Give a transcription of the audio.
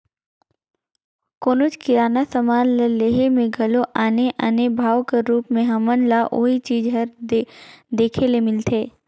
कोनोच किराना समान ल लेहे में घलो आने आने भाव कर रूप में हमन ल ओही चीज हर देखे ले मिलथे